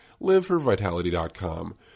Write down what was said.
liveforvitality.com